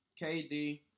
KD